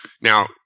Now